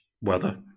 weather